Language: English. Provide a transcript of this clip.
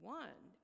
one